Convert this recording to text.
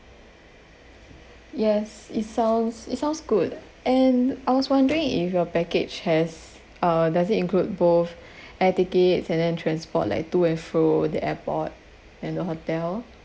yes it sounds it sounds good and I was wondering if your package has uh does it include both air tickets and then transport like to and fro the airport and the hotel